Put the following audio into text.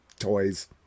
Toys